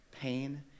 pain